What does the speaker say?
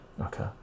Okay